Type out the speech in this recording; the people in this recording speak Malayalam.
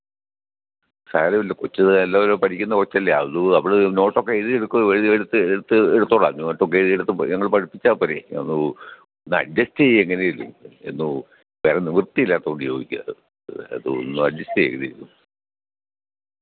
സാരമില്ല കൊച്ച് നല്ലത് പോലെ പഠിക്കുന്ന കൊച്ചല്ലേ അത് അവൾ നോട്ടൊക്കെ എഴുതിയെടുക്കും എഴുതിയെടുത്ത് എടുത്ത് എടുത്തോളാം നോട്ടക്കെ എഴുതിയെടുത്ത് ഞങ്ങൾ പഠിപ്പിച്ചാൽ പോരെ ഒന്ന് ഒന്നഡ്ജസ്റ്റെ ചെയ്യ് എങ്ങനേലും ഒന്ന് കാരണം നിവർത്തി ഇല്ലാത്തോണ്ട് ചോദിക്കുകാ അതൊന്ന് അഡ്ജസ്റ്റ് ചെയ്യ് ഇത്